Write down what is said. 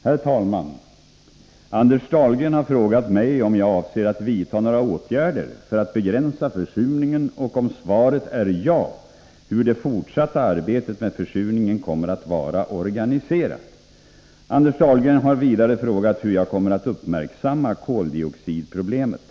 Herr talman! Anders Dahlgren har frågat mig om jag avser att vidta några åtgärder för att begränsa försurningen och om svaret är ja, hur det forsatta arbetet med försurningen kommer att vara organiserat. Anders Dahlgren har vidare frågat hur jag kommer att uppmärksamma koldioxidproblemet.